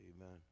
Amen